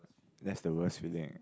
that's the worse feeling